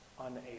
unable